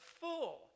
full